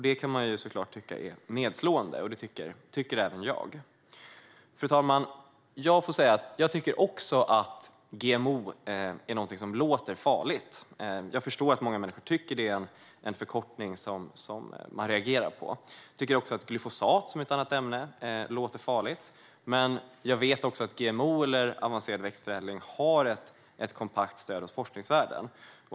Det kan man såklart tycka är nedslående, och det tycker även jag. Fru talman! Jag tycker också att GMO är något som låter farligt. Jag förstår att många människor tycker det. Det är en förkortning som man reagerar på. Jag tycker också att ämnet glyfosat låter farligt, men jag vet också att GMO eller avancerad växtförädling har ett kompakt stöd hos forskningsvärlden.